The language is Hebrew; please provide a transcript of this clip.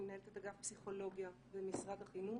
אני מנהלת את אגף פסיכולוגיה במשרד החינוך.